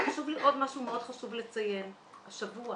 כמה